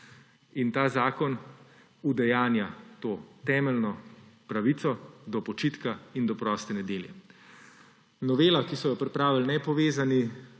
In ta zakon udejanja to temeljno pravico do počitka in do proste nedelje. Novela, ki so jo pripravili nepovezani,